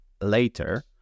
later